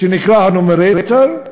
שנקרא "הנומרטור",